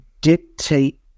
dictate